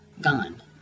gone